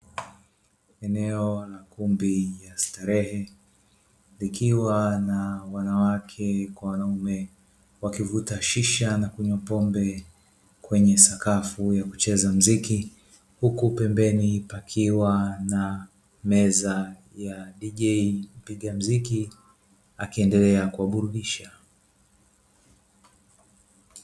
Eneo la ukumbi wa starehe likiwa na wanawake kwa wanaume, wakivuta shisha na kunywa pombe kwenye sakafu ya kucheza mziki, huku pembeni pakiwa na meza ya dijei, mpiga mziki akiendelea kuwaburudisha.